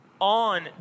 on